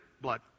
Blood